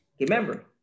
Remember